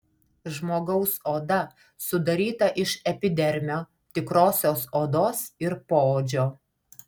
žmogaus oda sudaryta iš epidermio tikrosios odos ir poodžio